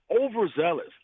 overzealous